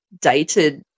dated